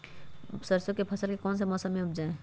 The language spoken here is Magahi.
सरसों की फसल कौन से मौसम में उपजाए?